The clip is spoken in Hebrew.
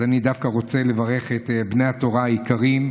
אז אני דווקא רוצה לברך את בני התורה היקרים,